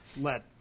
let